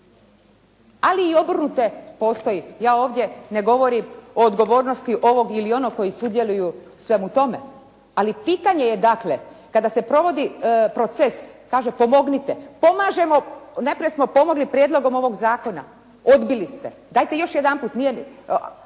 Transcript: Ali i obrnuto postoji, ja ovdje ne govorim o odgovornosti ovog ili onog koji sudjeluju u svemu tome, ali pitanje je dakle kada se provodi proces, kaže pomognite. Pomažemo, najprije smo pomogli prijedlogom ovog zakona. Odbili ste. Dajte još jedanput,